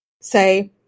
say